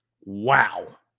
wow